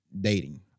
dating